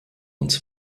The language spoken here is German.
uns